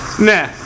Nah